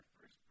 first